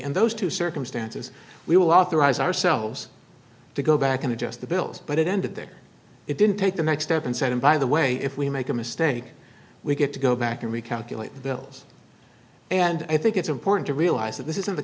and those two circumstances we will authorize ourselves to go back and adjust the bills but it ended there it didn't take the next step and said and by the way if we make a mistake we get to go back and recalculate the bills and i think it's important to realize that this is in the